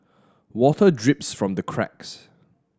water drips from the cracks